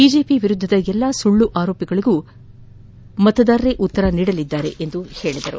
BJP ವಿರುದ್ಧದ ಎಲ್ಲಾ ಸುಳ್ಳು ಆರೋಪಗಳಿಗೆ ಮತದಾರರೇ ಉತ್ತರ ನೀಡಲಿದ್ದಾರೆ ಎಂದರು